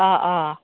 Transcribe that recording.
अ अ